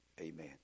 Amen